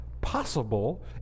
possible